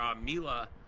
Mila